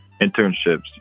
internships